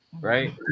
Right